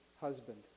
husband